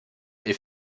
est